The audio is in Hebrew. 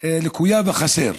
לוקים בחסר.